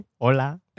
hola